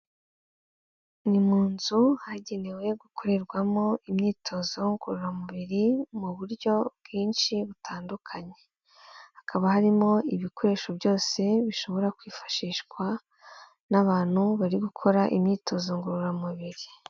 Ni mu nzu hagenewe gukorerwamo imyitozo ngororamubiri mu buryo bwinshi butandukanye, hakaba harimo ibikoresho byose bishobora kwifashishwa n'abantu bari gukora imyitozo ngororamubiri.